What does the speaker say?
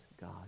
God